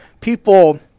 people